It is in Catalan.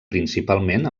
principalment